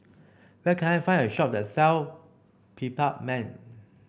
where can I find a shop that sell Peptamen